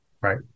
Right